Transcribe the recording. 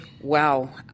Wow